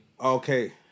Okay